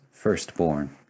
firstborn